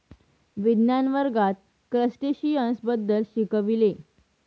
विज्ञान वर्गात क्रस्टेशियन्स बद्दल शिकविले